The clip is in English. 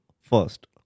first